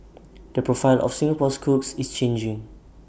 the profile of Singapore's cooks is changing